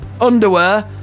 underwear